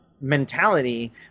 mentality